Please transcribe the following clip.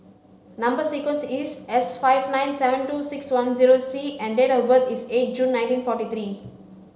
number sequence is S five nine seven two six one zero C and date of birth is eight June nineteen forty three